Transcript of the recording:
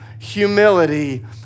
humility